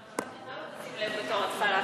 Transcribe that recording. אתה לא תשים לב, בתור התחלה.